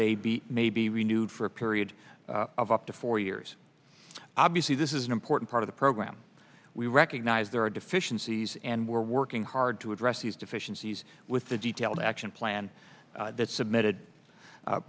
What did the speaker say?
they be may be renewed for a period of up to four years obviously this is an important part of the program we recognize there are deficiencies and we're working hard to address these deficiencies with the detailed action plan that submitted